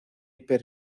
per